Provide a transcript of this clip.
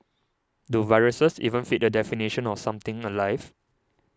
do viruses even fit the definition of something alive